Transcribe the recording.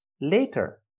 later